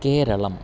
केरलम्